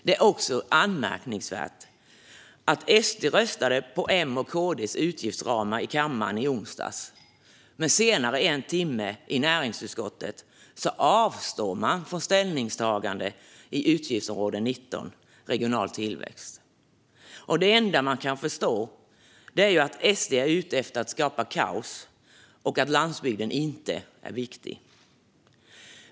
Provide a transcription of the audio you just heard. Det är också anmärkningsvärt att SD röstade på M:s och KD:s utgiftsramar i kammaren i onsdags men i näringsutskottet en timme senare avstod från ställningstagande i utgiftsområde 19 Regional tillväxt. Det enda man kan förstå av det är att SD är ute efter att skapa kaos och att landsbygden inte är viktig.